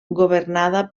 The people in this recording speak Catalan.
governada